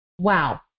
Wow